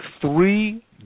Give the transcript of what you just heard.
three